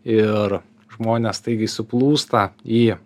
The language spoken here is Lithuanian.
ir žmonės staigiai suplūsta į